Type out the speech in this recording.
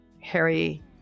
Harry